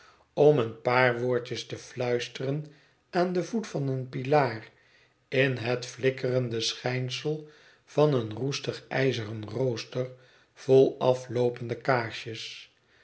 om een paar woordjes te fluisteren aan den voet van een pilaar in het flikkerende schijnsel van een roestig ijzeren rooster vol afloopende kaarsjes